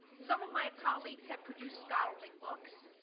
some of my colleagues have produced scholarly books.